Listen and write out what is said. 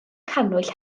cannwyll